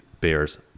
bears